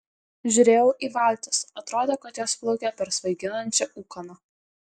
žiūrėjau į valtis atrodė kad jos plaukia per svaiginančią ūkaną